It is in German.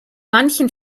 manchen